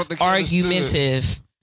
argumentative